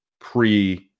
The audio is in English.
pre-